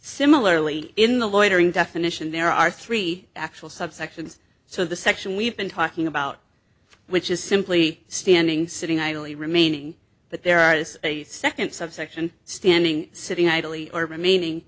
similarly in the loitering definition there are three actual subsections so the section we've been talking about which is simply standing sitting idly remaining but there are as a second subsection standing sitting idly or remaining